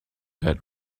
that